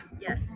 Yes